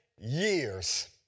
years